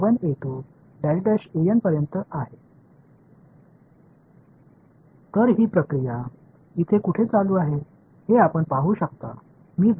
எனவே இந்த செயல்முறை எங்கே போகிறது என்பதை நீங்கள் இங்கே காணலாம் மேட்சிங் பாயிண்ட் யை பொதுவானதாக வைத்திருக்கிறேன்